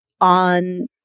on